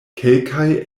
kelkaj